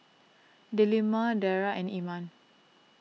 Delima Dara and Iman